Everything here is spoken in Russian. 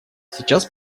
сейчас